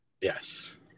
Yes